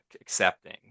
accepting